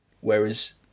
whereas